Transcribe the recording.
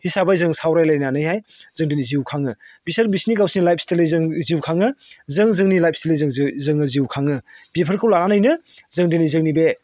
हिसाबै जों सावराय लायनानैहाय जों दिनै जिउ खाङो बिसोर बिसोरनि गावसोरनि लाइफ स्टाइलयै जिउ खाङो जों जोंनि लाइफ स्टाइलजों जोङो जिउ खाङो बेफोरखौ लानानैनो जों दिनै जोंनि बे